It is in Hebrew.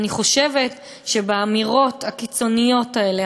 אני חושבת שבאמירות הקיצוניות האלה,